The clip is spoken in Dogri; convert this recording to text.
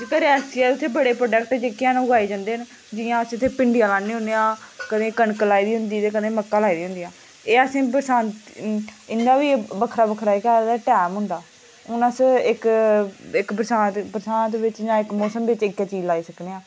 जेह्के रियासी च बड़े प्रोडक्ट जेह्ड़े उगाए जंदे न जि'यां इत्थै अस भिंडियां लान्ने होन्ने आं कदें कनक लाई दी होंदी ते कदें मक्कां लाई दियां होंदियां एह् असें बरसांती इंदा बी जेह्का बक्खरा बक्खरा टैम होंदा हून अस इक्क बरसांत बिच जियां इक्क मौसम बिच इक्क चीज़ लाई सकनेआं